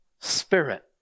spirit